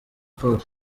paul